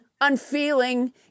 unfeeling